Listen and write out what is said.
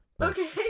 Okay